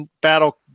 battle